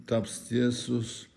taps tiesūs